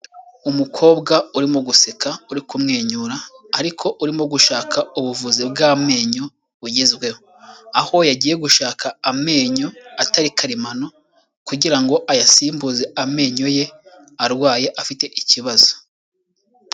Umukobwa urimo guseka, uri kumwenyura, ariko urimo gushaka ubuvuzi bw'amenyo bugezweho. Aho yagiye gushaka amenyo atari karemano, kugira ngo ayasimbuze amenyo ye arwaye, afite ikibazo.